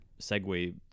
segue